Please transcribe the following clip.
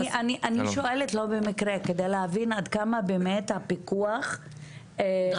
אני שואלת לא במקרה כדי להבין עד כמה הפיקוח -- נדרש.